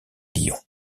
lyon